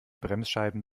bremsscheiben